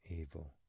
evil